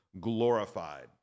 glorified